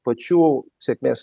pačių sėkmės